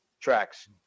tracks